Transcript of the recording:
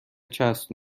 چسب